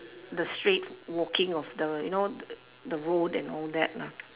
the straight walking of the you know the road and all that lah